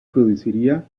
produciría